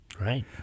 Right